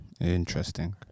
interesting